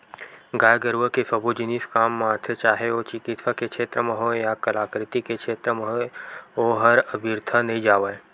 गाय गरुवा के सबो जिनिस काम म आथे चाहे ओ चिकित्सा के छेत्र म होय या कलाकृति के क्षेत्र म होय ओहर अबिरथा नइ जावय